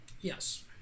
Yes